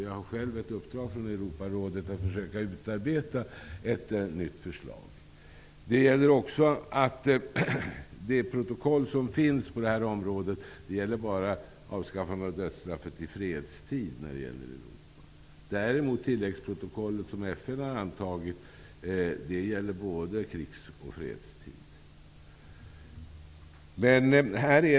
Jag har själv uppdrag från Europarådet att försöka utarbeta ett nytt förslag. Det protokoll som finns på det här området gäller bara ett avskaffande av dödsstraff i fredsstid, när det gäller Europa. I tilläggsprotokollet som FN däremot har antagit gäller ett avskaffande både i krigs och i fredstid.